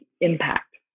impact